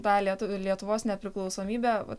tą lietuvių lietuvos nepriklausomybę va